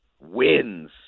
wins